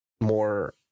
more